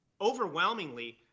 overwhelmingly